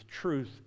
Truth